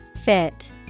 Fit